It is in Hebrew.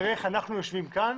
תראה איך אנחנו יושבים כאן.